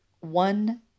one